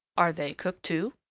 are they cooked, too?